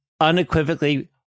unequivocally